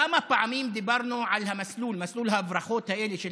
כמה פעמים דיברנו על מסלול ההברחות הזה של